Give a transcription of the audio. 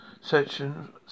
section